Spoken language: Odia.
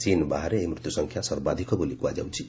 ଚୀନ୍ ବାହାରେ ଏହି ମୃତ୍ୟୁସଂଖ୍ୟା ସର୍ବାଧିକ ବୋଲି କୁହାଯାଉଛି